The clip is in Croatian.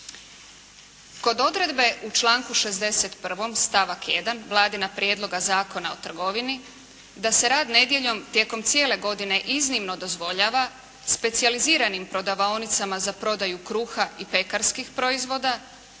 Kod odredbe u članku 61. stavak 1. Vladina prijedloga Zakona o trgovini da se rad nedjeljom tijekom cijele godine iznimno dozvoljava specijaliziranim prodavaonicama za prodaju kruha i pekarskih proizvoda,